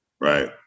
Right